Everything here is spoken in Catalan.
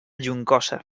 juncosa